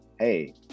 Hey